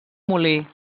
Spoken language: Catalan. molí